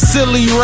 Silly